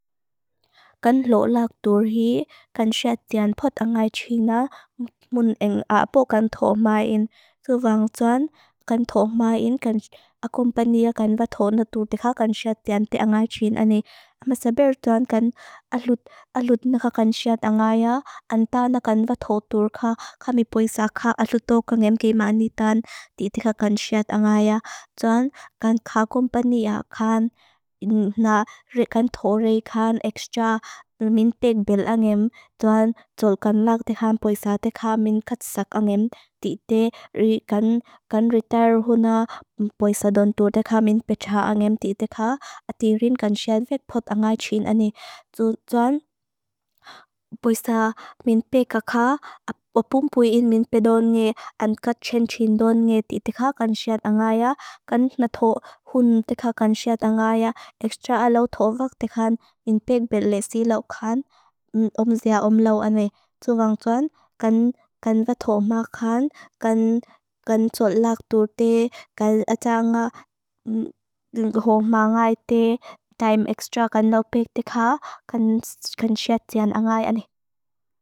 Kan lo lak dur hi, kan siat dian pot angay china mun eng apo kan thoh maen. Suvang tsuan, kan thoh maen, kan akumpanea kan vato natur teka kan siat dian te angay china ni. Masaber tsuan, kan alut, alut naka kan siat angaya, anta na kan vato dur ka, kamipoisa ka aluto kangem ke maanitan te teka kan siat angaya. Tsuan, kan akumpanea kan na ri kan thoh ri kan eksja, min pek bel angem. Tsuan, tsul kan lak tekan poisa teka, min katsak angem te te ri kan kan ritar hoona poisa dontur teka, min pecha angem te teka, ati rin kan siat fek pot angay china ni. Tsuan, poisa min peka ka, apumpuin min pedon nge, angkat chen chin don nge te teka kan siat angaya, kan na thoh hoona teka kan siat angaya. Eksja alut thoh rak tekan, min pek bele si lau kan, omzia om lau ane. Tsu vang tsuan, kan vato makan, kan sot lak dur te, kan ata nga hong maa ngay te, taim eksja kan lau pek teka, kan siat sian angaya ani.